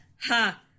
Ha